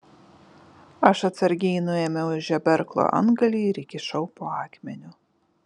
aš atsargiai nuėmiau žeberklo antgalį ir įkišau po akmeniu